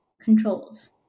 controls